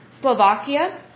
Slovakia